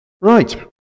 Right